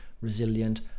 resilient